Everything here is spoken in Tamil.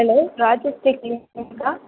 ஹலோ ராஜேஷ் கிளீனிக்கா